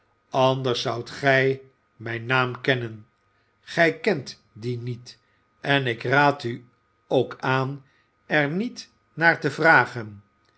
anders zoudt gij mijn naam kennen gij kent dien niet en ik raad u ook aan er niet naar te vragen